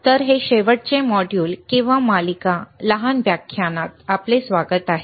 तर हे शेवटचे मॉड्यूल किंवा मालिका लहान व्याख्यानत स्वागत आहे